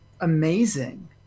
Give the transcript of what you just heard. amazing